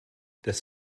das